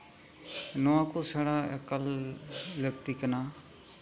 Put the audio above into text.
ᱱᱚᱣᱟ ᱠᱚ ᱥᱮᱬᱟ ᱮᱠᱟᱞ ᱞᱟᱹᱠᱛᱤ ᱠᱟᱱᱟ